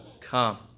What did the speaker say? come